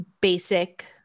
basic